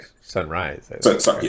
sunrise